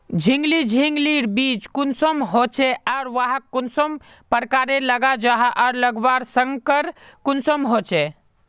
झिंगली झिंग लिर बीज कुंसम होचे आर वाहक कुंसम प्रकारेर लगा जाहा आर लगवार संगकर कुंसम होचे?